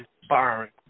inspiring